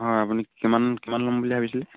হয় আপুনি কিমান কিমান ল'ম বুলি ভাবিছিলে